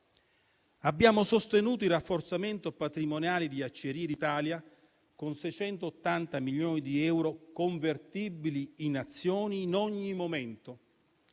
Abbiamo sostenuto il rafforzamento patrimoniale di Acciaierie d'Italia con 680 milioni di euro convertibili in azioni in qualunque